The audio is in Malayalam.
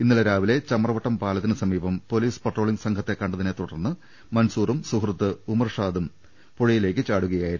ഇന്നലെ രാവിലെ ചമ്ര വട്ടം പാലത്തിന് സമീപം പൊലീസ് പട്രോളിംഗ് സംഘത്തെ കണ്ടതിനെത്തുടർന്ന് മൻസൂറും സുഹൃത്ത് ഉമർഷാദും പുഴയിലേക്ക് ചാടുകയായിരുന്നു